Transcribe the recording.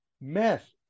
Meth